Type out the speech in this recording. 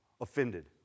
offended